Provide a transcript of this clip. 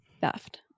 theft